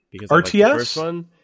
RTS